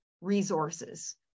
resources